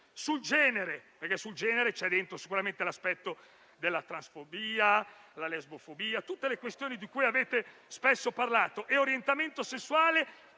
sul genere - perché sul genere c'è dentro sicuramente l'aspetto della transfobia, della lesbofobia e di tutte le questioni di cui avete spesso parlato - e sull'orientamento sessuale,